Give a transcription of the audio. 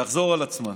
תחזור על עצמה.